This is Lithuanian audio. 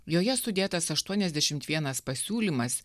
joje sudėtas aštuoniasdešimt vienas pasiūlymas